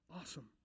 awesome